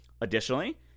Additionally